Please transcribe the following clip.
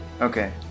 Okay